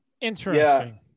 Interesting